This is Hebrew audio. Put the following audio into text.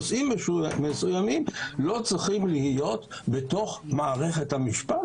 נושאים מסוימים לא צריכים להיות בתוך מערכת המשפט